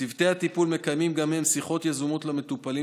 צוותי הטיפול מקיימים גם הם שיחות יזומות למטופלים